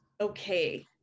okay